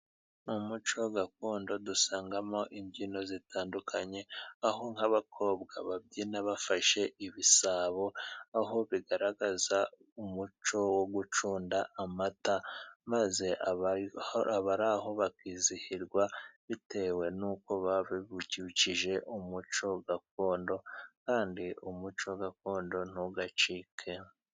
Mu muco gakondo dusangamo imbyino zitandukanye, aho nk'abakobwa babyina bafashe ibisabo, aho bigaragaza umuco wo gucunda amata, maze abari aho bakizihirwa, bitewe n'uko babibukije umuco gakondo, kandi umuco gakondo ntugacike.